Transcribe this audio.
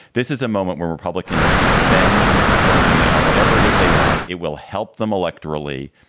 this is a moment where republicans can spend drunkenly on whatever it is they want. it will help them electorally.